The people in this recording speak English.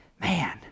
man